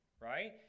right